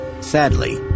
Sadly